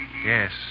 Yes